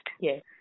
Yes